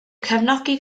cefnogi